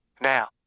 Now